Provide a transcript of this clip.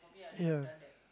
ya